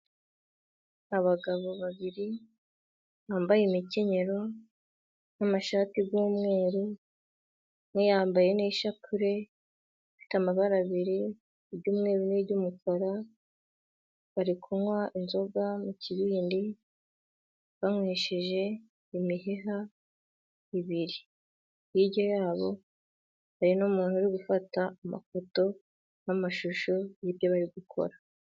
Abagabo babiri bambaye imikenyero n'amashati y'umweru. Umwe yambaye n'ishapure ifite amabara abiri iry'umweru n'iry'umukara, bari kunywa inzoga mu kibindi banywesheje imiheha ibiri. Hirya yabo hari n'umuntu uri gufata amafoto n'amashusho y'ibyo bari gukora.